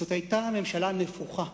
זאת היתה ממשלה נפוחה.